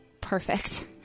perfect